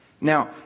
now